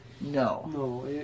No